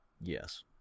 Yes